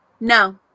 No